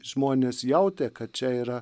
žmonės jautė kad čia yra